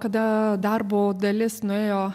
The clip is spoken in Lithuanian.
kada darbo dalis nuėjo